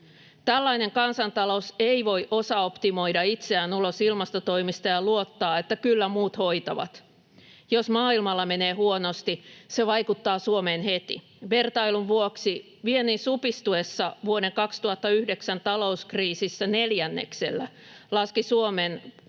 Tällainen kansantalous ei voi osaoptimoida itseään ulos ilmastotoimista ja luottaa, että kyllä muut hoitavat. Jos maailmalla menee huonosti, se vaikuttaa Suomeen heti. Vertailun vuoksi: viennin supistuessa vuoden 2009 talouskriisissä neljänneksellä laski Suomen bruttokansantuote